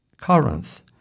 Corinth